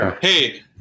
hey